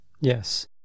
Yes